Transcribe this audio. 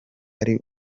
ari